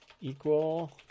equal